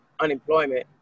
unemployment